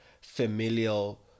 familial